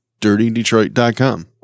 dirtydetroit.com